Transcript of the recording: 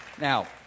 Now—